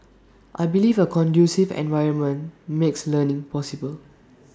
I believe A conducive environment makes learning possible